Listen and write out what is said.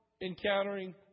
encountering